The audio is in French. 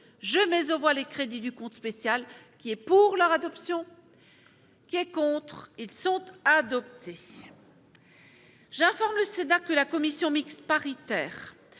je mais on voit les crédits du compte spécial qui est, pour leur adoption qui est contre, ils sont adopter. J'informe le Sénat que la commission mixte paritaire